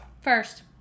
First